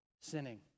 sinning